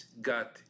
got